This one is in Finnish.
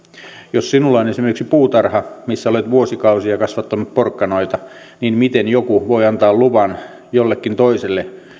jos sinulla on esimerkiksi puutarha missä olet vuosikausia kasvattanut porkkanoita niin miten joku voi antaa luvan jollekin toiselle